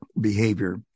behavior